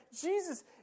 Jesus